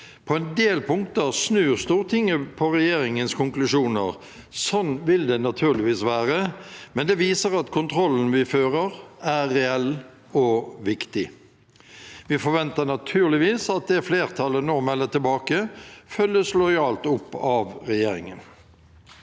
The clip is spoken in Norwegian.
På en del punkter snur Stortinget på regjeringens konklusjoner. Sånn vil det naturligvis være, men det viser at kontrollen vi fører, er reell og viktig. Vi forventer naturligvis at det flertallet nå melder tilbake, følges lojalt opp av regjeringen.